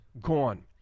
gone